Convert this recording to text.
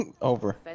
Over